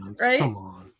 right